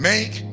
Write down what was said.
Make